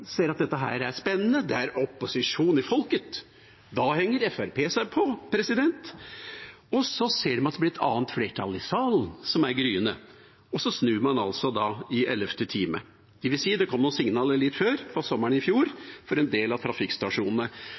ser at dette er spennende, det er opposisjon i folket. Da henger Fremskrittspartiet seg på. Så ser man at det blir et annet flertall i salen, som er gryende, og snur altså da i ellevte time – dvs. det kom noen signaler litt før, på sommeren i fjor, for en del av trafikkstasjonene.